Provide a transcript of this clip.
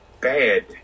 bad